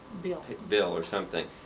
bill. bill or something.